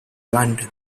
london